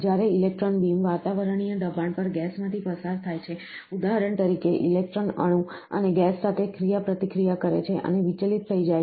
જ્યારે electron beam વાતાવરણીય દબાણ પર ગેસમાંથી પસાર થાય છે ઉદાહરણ તરીકે ઇલેક્ટ્રોન અણુ અને ગેસ સાથે ક્રિયાપ્રતિક્રિયા કરે છે અને વિચલિત થઈ જાય છે